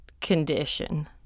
condition